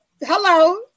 Hello